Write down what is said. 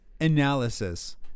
analysis